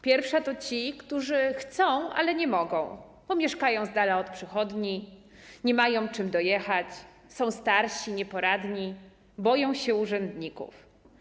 Pierwsza to ci, którzy chcą, ale nie mogą, bo mieszkają z dala od przychodni, nie mają czym dojechać, są starsi, nieporadni, boją się urzędników.